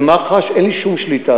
ובמח"ש אין לי שום שליטה,